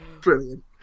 Brilliant